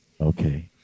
Okay